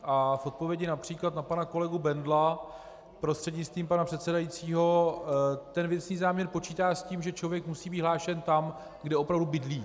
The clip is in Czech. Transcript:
A v odpovědi například na pana kolegu Bendla, prostřednictvím pana předsedajícího, ten věcný záměr počítá s tím, že člověk musí být hlášen tam, kde opravdu bydlí.